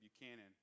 Buchanan